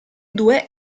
due